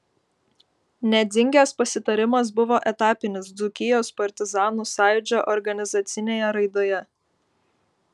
nedzingės pasitarimas buvo etapinis dzūkijos partizanų sąjūdžio organizacinėje raidoje